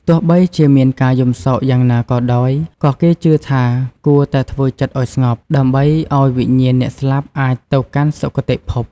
ទោះបីជាមានការយំសោកយ៉ាងណាក៏ដោយ ក៏គេជឿថា គួរតែធ្វើចិត្តឱ្យស្ងប់ ដើម្បីឱ្យវិញ្ញាណអ្នកស្លាប់អាចទៅកាន់សុគតិភព។